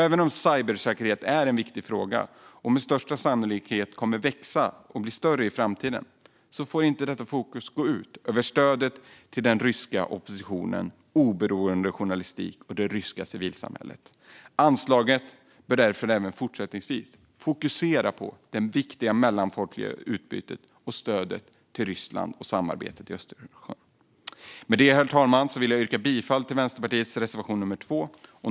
Även om cybersäkerhet är en viktig fråga som med största sannolikhet kommer att växa och bli större i framtiden får inte detta fokus gå ut över stödet till den ryska oppositionen, oberoende journalistik och det ryska civilsamhället. Anslaget bör därför även fortsättningsvis fokusera på det viktiga mellanfolkliga utbytet, stödet till Ryssland och samarbetet i Östersjön. Med det, herr talman, vill jag yrka bifall till Vänsterpartiets reservation nummer 2.